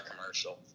commercial